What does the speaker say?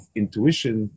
intuition